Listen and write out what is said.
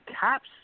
caps